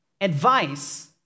advice